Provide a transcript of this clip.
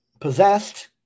Possessed